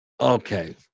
Okay